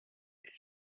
est